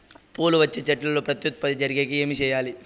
పూలు వచ్చే చెట్లల్లో ప్రత్యుత్పత్తి జరిగేకి ఏమి చేయాలి?